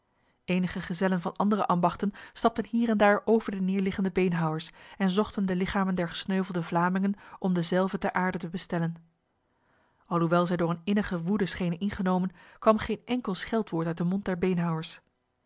enige gezellen van andere ambachten stapten hier en daar over de neerliggende beenhouwers en zochten de lichamen der gesneuvelde vlamingen om dezelve ter aarde te bestellen alhoewel zij door een innige woede schenen ingenomen kwam geen enkel scheldwoord uit de mond der beenhouwers